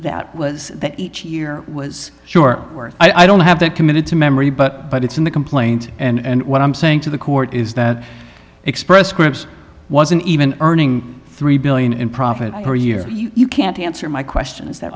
that was each year was sure worth i don't have that committed to memory but but it's in the complaint and what i'm saying to the court is that express scripts wasn't even earning three billion in profit per year you can't answer my question is that